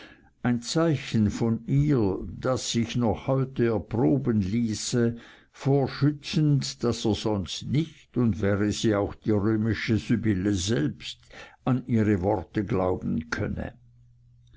ein zeichen von ihr das sich noch heute erproben ließe vorschützend daß er sonst nicht und wäre sie auch die römische sibylle selbst an ihre worte glauben könne